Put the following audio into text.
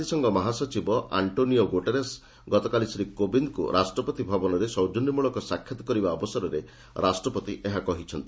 ଜାତିସଂଘ ମହାସଚିବ Antonio Guterres ଗତକାଲି ଶ୍ରୀ କୋବିନ୍ଦଙ୍କୁ ରାଷ୍ଟ୍ରପତି ଭବନରେ ସୌଜନ୍ୟମୂଳକ ସାକ୍ଷାତ କରିବା ଅବସରରେ ରାଷ୍ଟ୍ରପତି ଏହା କହିଛନ୍ତି